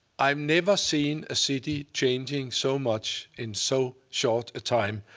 i've never seen a city changing so much in so short a time.